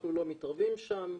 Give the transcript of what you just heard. אנחנו לא מתערבים שם,